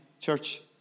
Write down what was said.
church